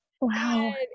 Wow